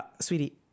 sweetie